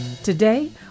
Today